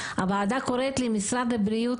תמר צ'ין ממשרד האוצר,